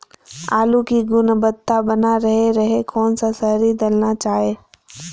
आलू की गुनबता बना रहे रहे कौन सा शहरी दलना चाये?